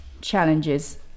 challenges